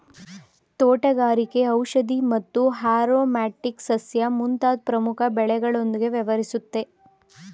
ತೋಟಗಾರಿಕೆ ಔಷಧಿ ಮತ್ತು ಆರೊಮ್ಯಾಟಿಕ್ ಸಸ್ಯ ಮುಂತಾದ್ ಪ್ರಮುಖ ಬೆಳೆಗಳೊಂದ್ಗೆ ವ್ಯವಹರಿಸುತ್ತೆ